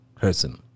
person